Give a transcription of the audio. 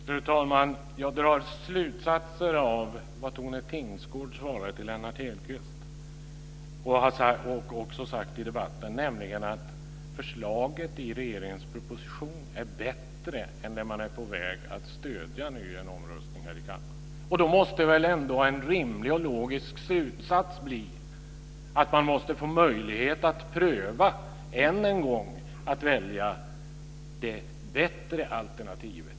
Fru talman! Jag drar slutsatser av det Tone Tingsgård svarade till Lennart Hedquist och också har sagt i debatten, nämligen att förslaget i regeringens proposition är bättre än det man är på väg att stödja i en omröstning här i kammaren. Då måste väl ändå en rimlig och logisk slutsats bli att man måste få möjlighet att än en gång pröva att välja det bättre alternativet.